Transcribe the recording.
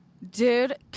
Dude